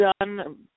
done